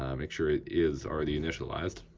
um make sure it is already initialized.